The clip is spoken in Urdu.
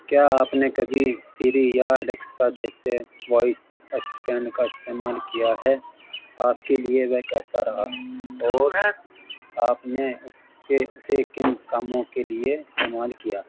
کیا آپ نے کبھی سری یا الیکسا جیسے وائس اسسٹینٹ کا استعمال کیا ہے آپ کے لیے وہ کیسا رہا اور آپ نے اس کے اسے کن کاموں کے لیے استعمال کیا